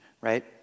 right